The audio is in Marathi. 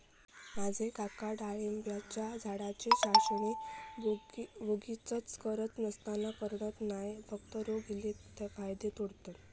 माझे काका डाळिंबाच्या झाडाची छाटणी वोगीचच गरज नसताना करणत नाय, फक्त रोग इल्लले फांदये तोडतत